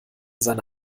seine